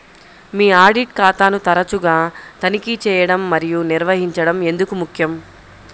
మీ audit ఖాతాను తరచుగా తనిఖీ చేయడం మరియు నిర్వహించడం ఎందుకు ముఖ్యం?